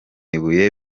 ibuye